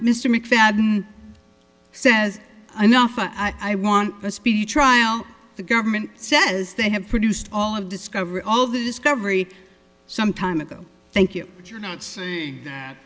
mr mcfadden says enough i want a speedy trial the government says they have produced all of discovery all the discovery some time ago thank you if you're not say that